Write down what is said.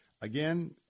Again